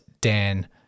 Dan